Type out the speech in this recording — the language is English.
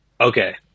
okay